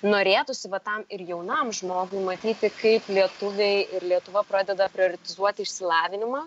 norėtųsi va tam ir jaunam žmogui matyti kaip lietuviai ir lietuva pradeda prioritizuoti išsilavinimą